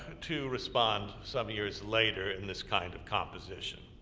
to respond, some years later, in this kind of composition.